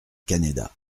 canéda